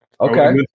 Okay